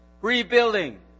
rebuilding